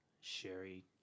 sherry